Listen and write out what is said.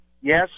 yes